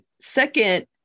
Second